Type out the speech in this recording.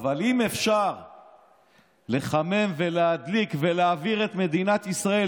אבל אם אפשר לחמם ולהדליק ולהבעיר את מדינת ישראל,